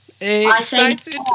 Excited